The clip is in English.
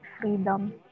freedom